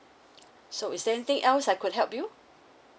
so is there anything else I could help you